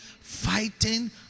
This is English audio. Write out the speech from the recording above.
fighting